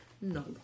no